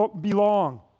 belong